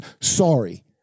Sorry